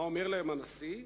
מה אומר להם הנשיא בהמשך?